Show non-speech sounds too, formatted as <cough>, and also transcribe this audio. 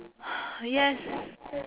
<breath> yes